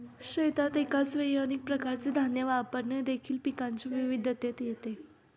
शेतात एकाच वेळी अनेक प्रकारचे धान्य वापरणे देखील पिकांच्या विविधतेत येते